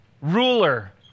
ruler